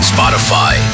Spotify